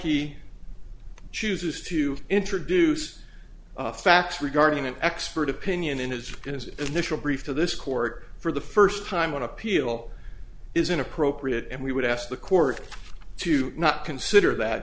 he chooses to introduce facts regarding an expert opinion in his in his initial brief to this court for the first time on appeal is inappropriate and we would ask the court to not consider that